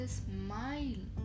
smile